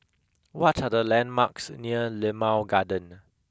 what are the landmarks near Limau Garden